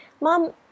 Mom